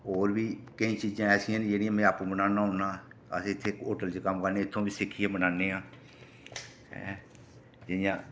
होर बी केईं चीज़ां ऐसियां न जेह्ड़ियां में आपूं बनान्ना होन्ना ते अस इत्थै होटल च कम्म करने ते इत्थूं बी सिक्खियै बनान्ने आं ऐं जि'यां